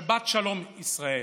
שבת שלום, ישראל.